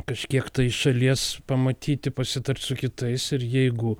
kažkiek tai iš šalies pamatyti pasitart su kitais ir jeigu